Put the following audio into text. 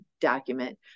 document